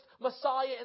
Messiah